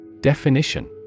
Definition